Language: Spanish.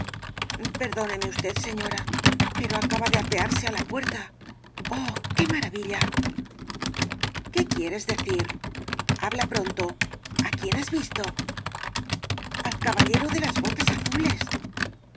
perdóneme usted señora pero acaba de apearse á la puerta oh qué maravilla tomo i v rosalía de castro qué quieres decir habla pronto a quien has visto al caballero de las botas azules